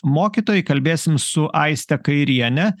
mokytojai kalbėsim su aiste kairiene